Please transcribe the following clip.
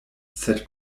sed